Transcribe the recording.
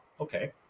okay